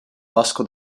vasco